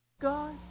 God